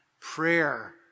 prayer